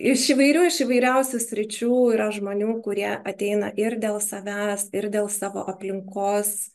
iš įvairių įvairiausių sričių yra žmonių kurie ateina ir dėl savęs ir dėl savo aplinkos